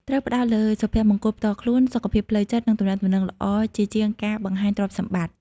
ត្រូវផ្តោតលើសុភមង្គលផ្ទាល់ខ្លួន សុខភាពផ្លូវចិត្ត និងទំនាក់ទំនងល្អជាជាងការបង្ហាញទ្រព្យសម្បត្តិ។